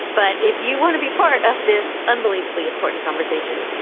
but if you want to be part of this unbelievably important conversation,